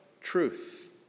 truth